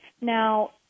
Now